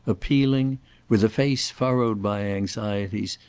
appealing with a face furrowed by anxieties,